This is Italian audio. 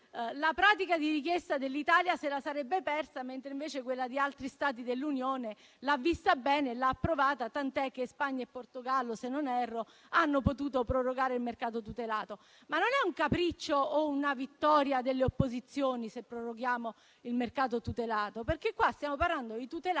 la pratica di richiesta dell'Italia, mentre invece quella di altri Stati dell'Unione l'ha vista bene e l'ha approvata, tanto che Spagna e Portogallo, se non erro, hanno potuto prorogare il mercato tutelato. Non è un capriccio o una vittoria delle opposizioni se proroghiamo il mercato tutelato, perché stiamo parlando di tutelare